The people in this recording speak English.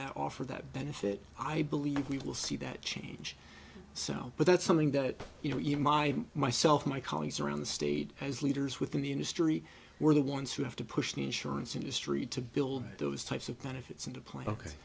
that offer that benefit i believe we will see that change so but that's something that you know even my myself my colleagues around the state as leaders within the industry we're the ones who have to push the insurance industry to build those types of benefits and apply ok